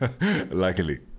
luckily